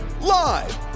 live